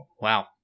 Wow